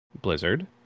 Blizzard